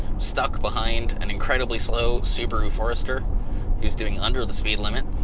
stuck behind an incredibly slow subaru forester who's doing under the speed limit